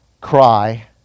cry